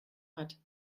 hat